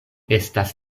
estas